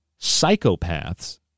psychopaths